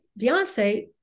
Beyonce